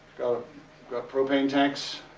got propane tanks.